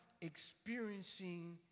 experiencing